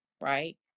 right